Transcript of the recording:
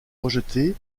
rejeté